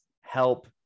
help